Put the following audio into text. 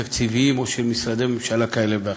תקציביים, או של משרדי ממשלה כאלה ואחרים.